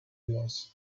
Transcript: was